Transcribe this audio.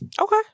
Okay